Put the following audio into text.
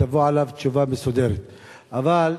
ותבוא תשובה מסודרת עליו.